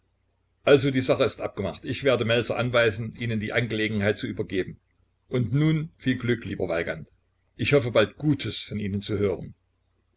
also die sache ist abgemacht ich werde melzer anweisen ihnen die angelegenheit zu übergeben und nun viel glück lieber weigand ich hoffe bald gutes von ihnen zu hören